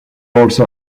also